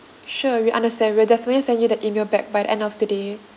sure we understand we'll definitely send you the email back by the end of the day